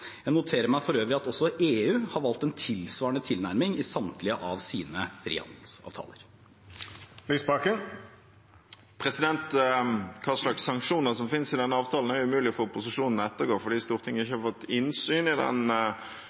Jeg noterer meg for øvrig at EU har valgt en tilsvarende tilnærming i samtlige av sine frihandelsavtaler. Hva slags sanksjoner som finnes i denne avtalen, er det umulig for opposisjonen å ettergå fordi Stortinget ennå ikke har fått innsyn i den